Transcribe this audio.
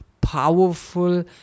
powerful